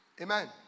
Amen